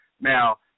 Now